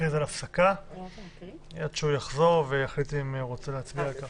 ונכריז על הפסקה עד שהוא יחזור ויחליט אם הוא רוצה להצביע על כך.